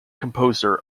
composer